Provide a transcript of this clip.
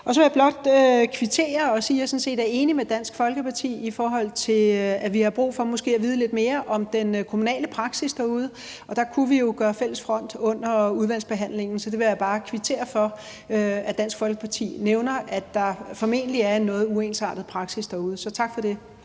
Så vil jeg blot kvittere og sige, at jeg sådan set er enig med Dansk Folkeparti, i forhold til at vi har brug for måske at vide lidt mere om den kommunale praksis derude. Der kunne vi jo gøre fælles front under udvalgsbehandlingen. Så jeg vil bare kvittere for, at Dansk Folkeparti nævner, at der formentlig er en noget uensartet praksis derude, så tak for det.